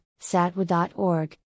satwa.org